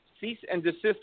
cease-and-desist